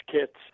kits